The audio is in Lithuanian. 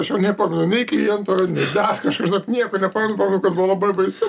aš jau nepamenu nei kliento dar kažko žinok nieko nepamenu pamenu kad buvo labai baisu